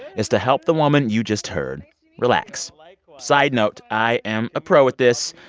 is to help the woman you just heard relax. like side note i am a pro at this.